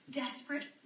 desperate